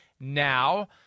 now